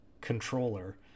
controller